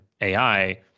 AI